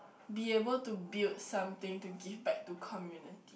be able to build something to give back to community